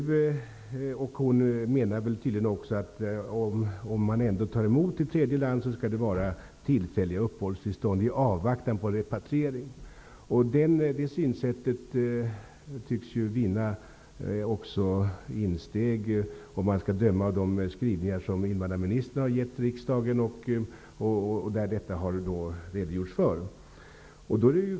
Hon menar tydligen också att om ett tredje land ändå tar emot flyktingar skall uppehållstillstånden vara tillfälliga i avvaktan på repatriering. Det synsättet tycks också vinna insteg om man skall döma efter de skrivningar som invandrarministern har gett riksdagen, i vilka man har redogjort för detta.